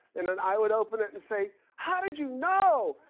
and then, i would open it, and say how did you know?